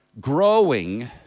growing